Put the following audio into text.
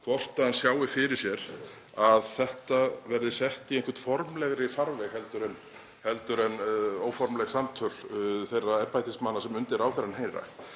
hvort hann sjái fyrir sér að þetta verði sett í einhvern formlegri farveg en óformleg samtöl þeirra embættismanna sem undir ráðherrann heyra.